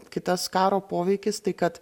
kitas karo poveikis tai kad